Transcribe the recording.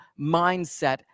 mindset